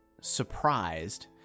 surprised